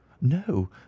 no